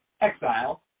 exile